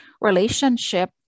relationship